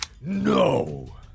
No